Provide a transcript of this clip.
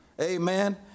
Amen